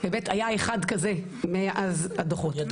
היה אחד כזה מאז הדוחות.